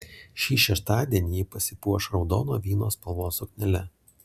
šį šeštadienį ji pasipuoš raudono vyno spalvos suknele